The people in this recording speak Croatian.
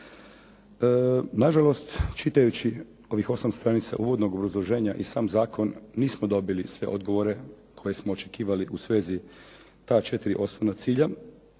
Na žalost, čitajući ovih 8 stranica uvodnog obrazloženja i sam zakon nismo dobili sve odgovore koje smo očekivali u svezi ta četiri osnovna cilja.